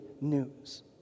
news